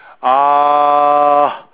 uh